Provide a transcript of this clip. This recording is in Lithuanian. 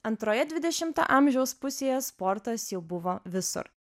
antroje dvidešimo amžiaus pusėje sportas jau buvo visur